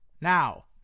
Now